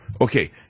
Okay